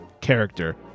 character